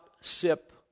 sip